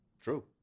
True